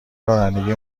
رانندگی